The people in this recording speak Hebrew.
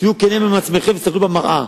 תהיו כנים עם עצמכם ותסתכלו במראה.